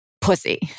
pussy